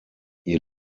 ihr